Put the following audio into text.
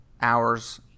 hours